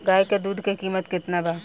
गाय के दूध के कीमत केतना बा?